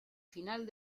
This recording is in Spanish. final